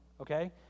okay